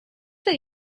that